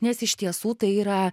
nes iš tiesų tai yra